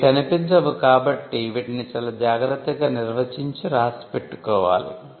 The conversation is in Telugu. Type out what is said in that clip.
ఇవి కనిపించవు కాబట్టి వీటిని చాలా జాగ్రత్తగా నిర్వచించి రాసి పెట్టుకోవాలి